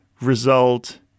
result